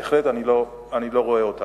בהחלט אני לא רואה אותם.